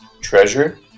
treasure